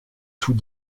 tout